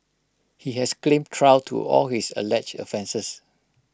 he has claimed trial to all his alleged offences